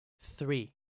Three